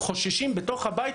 בתוך הבית,